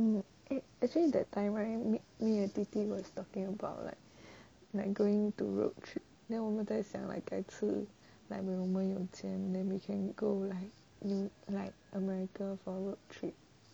mm actually that time right me and 弟弟 was talking about like like going to road trip then 我们在想 like 改次 like 我们有钱 then we can go like like america for road trip